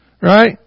Right